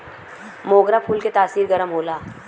मोगरा फूल के तासीर गरम होला